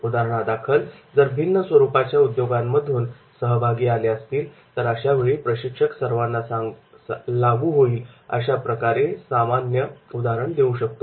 उदाहरणादाखल जर भिन्न स्वरूपाच्या उद्योगांमधून सहभागी आले असतील तर अशावेळी प्रशिक्षक सर्वांना लागू होईल अशा प्रकारचे सामान्य उदाहरण देऊ शकतो